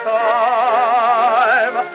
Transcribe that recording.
time